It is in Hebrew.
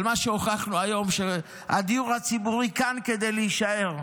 אבל מה שהוכחנו היום הוא שהדיור הציבורי כאן כדי להישאר,